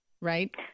Right